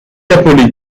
appelé